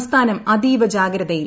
സംസ്ഥാനം അതീവ ജാഗ്രതയിൽ